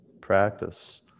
Practice